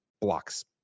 blocks